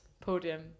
podium